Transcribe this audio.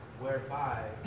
whereby